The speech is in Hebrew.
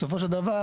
בסופו של דבר,